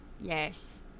Yes